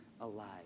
alive